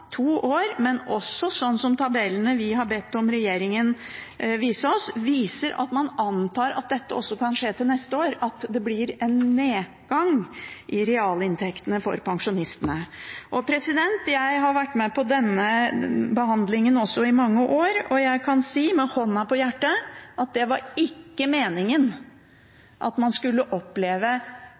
to år har vært en nedgang i realinntektene for pensjonistene – og tabellene vi har bedt regjeringen vise oss, viser at man antar at dette også kan skje til neste år. Jeg har vært med på denne behandlingen i mange år, og jeg kan si med hånda på hjertet at det ikke var meningen at man skulle oppleve